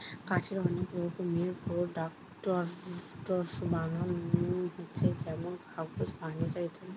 কাঠের অনেক রকমের প্রোডাক্টস বানানা হচ্ছে যেমন কাগজ, ফার্নিচার ইত্যাদি